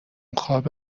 خواب